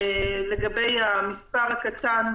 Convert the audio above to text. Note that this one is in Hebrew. לגבי המספר הקטן,